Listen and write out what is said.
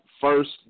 first